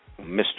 Mr